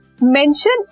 mention